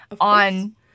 on